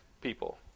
people